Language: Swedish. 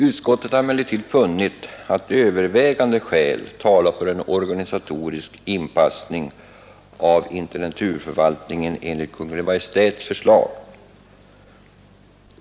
Utskottet har emellertid funnit att övervägande skäl talar för en organisatorisk inpassning av intendenturförvaltningen enligt Kungl. Maj:ts förslag.